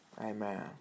Amen